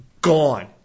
gone